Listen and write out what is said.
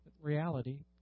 Reality